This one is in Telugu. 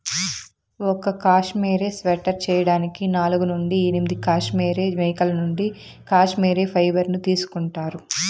ఒక కష్మెరె స్వెటర్ చేయడానికి నాలుగు నుండి ఎనిమిది కష్మెరె మేకల నుండి కష్మెరె ఫైబర్ ను తీసుకుంటారు